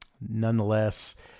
nonetheless